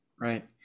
Right